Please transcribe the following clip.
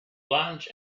lunch